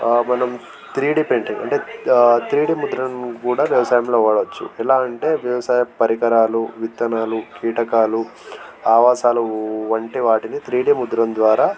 మనం three D printing అంటే three D ముద్రను కూడా వ్యవసాయంలో వాడవచ్చు ఎలా అంటే వ్యవసాయ పరికరాలు విత్తనాలు కీటకాలు ఆవాసాలు వంటి వాటిని త్రీ డీ ముద్రను ద్వారా